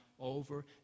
over